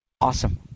Awesome